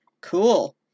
Cool